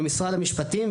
במשרד המשפטים,